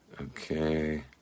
Okay